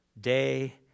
day